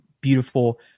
beautiful